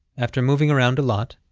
after moving around a lot,